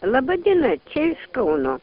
laba diena čia iš kauno